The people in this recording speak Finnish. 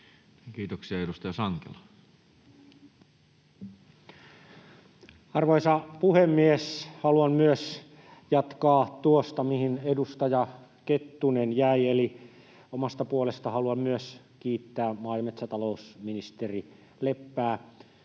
laeiksi Time: 15:17 Content: Arvoisa puhemies! Haluan myös jatkaa tuosta, mihin edustaja Kettunen jäi, eli omasta puolestani haluan myös kiittää maa- ja metsätalousministeri Leppää